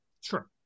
sure